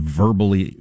verbally